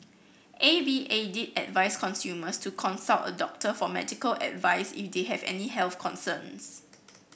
A V A did advice consumers to consult a doctor for medical advice if they have any health concerns